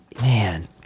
Man